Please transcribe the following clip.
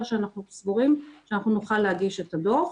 שאנחנו סבורים שאנחנו נוכל להגיש את הדוח.